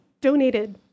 donated